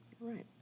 right